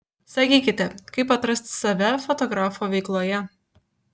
sakykite kaip atrasti save fotografo veikloje